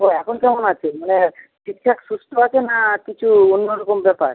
ও এখন কেমন আছে মানে ঠিকঠাক সুস্থ আছে না কিছু অন্যরকম ব্যাপার